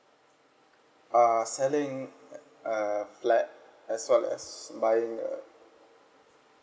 uh selling uh flat as well as buying a